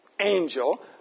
angel